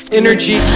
energy